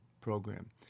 program